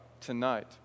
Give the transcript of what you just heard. tonight